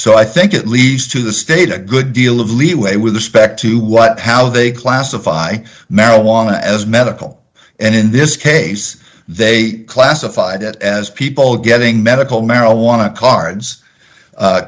so i think it leads to the state a good deal of leeway with respect to what how they classify marijuana as medical and in this case they classified it as people getting medical marijuana cards